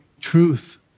truth